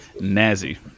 nazi